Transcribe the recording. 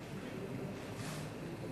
חבר הכנסת מוחמד ברכה, בבקשה.